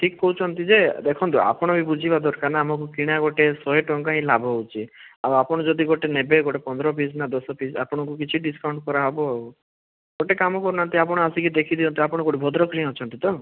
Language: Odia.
ଠିକ୍ କହୁଛନ୍ତି ଯେ ଦେଖନ୍ତୁ ଆପଣ ବି ବୁଝିବା ଦରକାର ନା ଆମକୁ କିଣା ଗୋଟେ ଶହେ ଟଙ୍କା ହିଁ ଲାଭ ହେଉଛି ଆଉ ଆପଣ ଯଦି ଗୋଟେ ନେବେ ଗୋଟେ ପନ୍ଦର ପିସ୍ ନା ଦଶ ପିସ୍ ଆପଣଙ୍କୁ କିଛି ଡିସକାଉଣ୍ଟ୍ କରାହେବ ଆଉ ଗୋଟେ କାମ କରୁ ନାହାନ୍ତି ଆପଣ ଆସିକି ଦେଖିଦିଅନ୍ତେ ଆପଣ କେଉଁଠି ଭଦ୍ରକରେ ହିଁ ଅଛନ୍ତି ତ